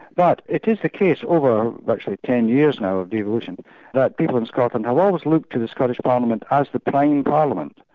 but it is the case over virtually ten years now of devolution that people in scotland have always looked to the scottish parliament as the prime parliament.